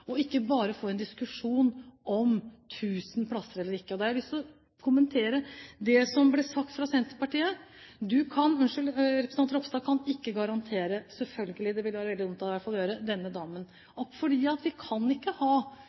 og ikke bare få en diskusjon om 1 000 plasser eller ikke. Jeg har lyst til å kommentere det som ble sagt fra Senterpartiet. Representanten Ropstad kan selvfølgelig ikke gi noen garanti til denne damen, det ville i hvert fall vært veldig dumt å gjøre. For vi kan ikke ha